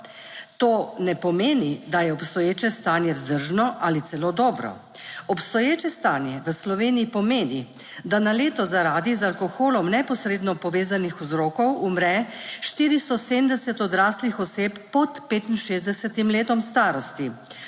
To ne pomeni, da je obstoječe stanje vzdržno ali celo dobro. Obstoječe stanje v Sloveniji pomeni, da na leto zaradi z alkoholom neposredno povezanih vzrokov umre 470 odraslih oseb pod 65 letom starosti,